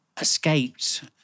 escaped